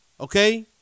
okay